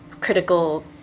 critical